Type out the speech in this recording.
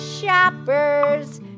shoppers